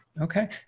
Okay